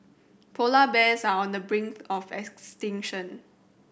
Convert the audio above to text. polar bears are on the brink of extinction